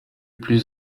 plus